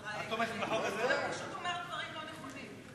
אבל אתה פשוט אומר דברים לא נכונים.